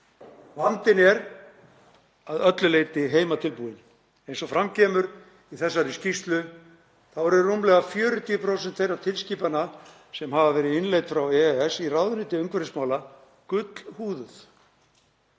Vandinn er að öllu leyti heimatilbúinn. Eins og fram kemur í þessari skýrslu eru rúmlega 40% þeirra tilskipana sem hafa verið innleiddar frá EES í ráðuneyti umhverfismála gullhúðuð.